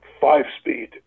five-speed